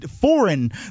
foreign